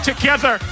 Together